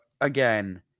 again